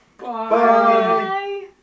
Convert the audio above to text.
Bye